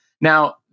Now